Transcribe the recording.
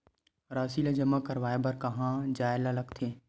राशि ला जमा करवाय बर कहां जाए ला लगथे